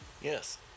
Yes